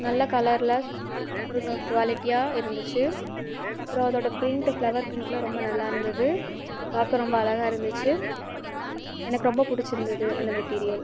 நல்ல கலர்ல ஸ் அப்புறம் இன்னோரு குவாலிட்டியாக இருந்துச்சு அப்புறம் அதோடய ப்ரிண்ட் ஃப்ளவர் ப்ரிண்ட்லாம் ரொம்ப நல்லாயிருந்தது அது பார்க்க ரொம்ப அழகாக இருந்துச்சு எனக்கு ரொம்ப பிடிச்சிருந்தது அந்த மெட்டீரியல்